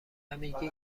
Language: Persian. میگی